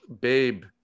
babe